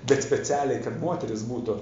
bet specialiai kad moteris būtų